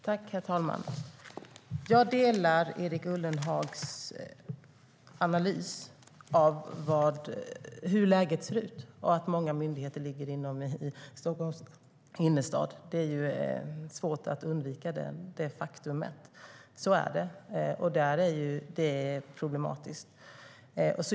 Herr talman! Jag delar Erik Ullenhags analys av läget. Och att myndigheter ligger i Stockholms innerstad är ett faktum som är svårt att undvika. Så är det, och det är problematiskt.